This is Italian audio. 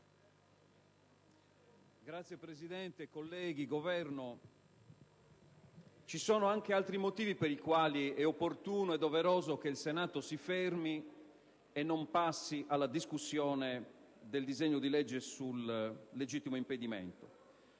una questione pregiudiziale. Ci sono molti motivi per i quali è opportuno e doveroso che il Senato si fermi e non passi alla discussione del disegno di legge sul legittimo impedimento.